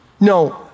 No